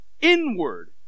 inward